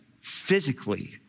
physically